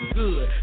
good